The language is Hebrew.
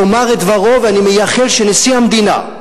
ויאמר את דברו, ואני מייחל שנשיא המדינה,